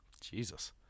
Jesus